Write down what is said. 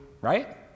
right